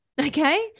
okay